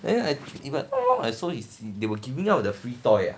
then I even saw is they were giving out the free toy ah